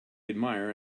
admire